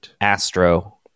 astro